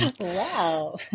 Wow